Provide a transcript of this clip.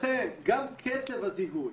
גם קצב הזיהוי